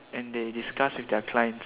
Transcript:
and they discuss with their clients